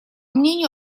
мнению